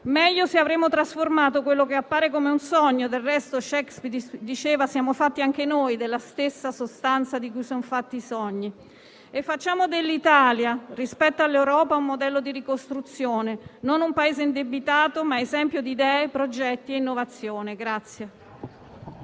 meglio se avremo trasformato quello che appare come un sogno - del resto Shakespeare diceva che siamo fatti anche noi della stessa sostanza di cui sono fatti i sogni - facendo dell'Italia, rispetto all'Europa, un modello di ricostruzione. Non un Paese indebitato, ma esempio di idee, progetti e innovazione.